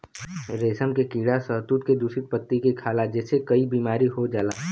रेशम के कीड़ा शहतूत के दूषित पत्ती के खाला जेसे कई बीमारी हो जाला